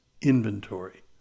Inventory